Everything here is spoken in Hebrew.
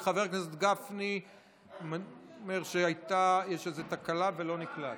וחבר הכנסת גפני אומר שיש איזו תקלה ולא נקלט.